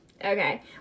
Okay